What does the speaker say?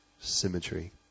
Symmetry